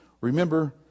remember